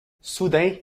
soudain